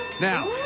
Now